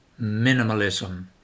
minimalism